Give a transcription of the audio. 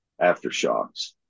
aftershocks